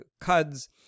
cuds